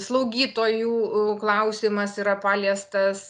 slaugytojų klausimas yra paliestas